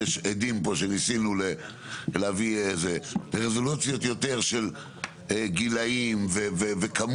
ויש עדים פה שניסינו להביא איזה רזולוציות יותר של גילאים וכמות,